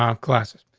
um classes?